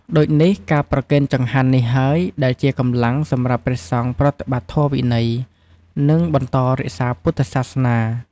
ដូចនេះ ការប្រគេនចង្ហាន់នេះហើយដែលជាកម្លាំងសម្រាប់ព្រះសង្ឃប្រតិបត្តិធម៌វិន័យ និងបន្តរក្សាពុទ្ធសាសនា។